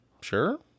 sure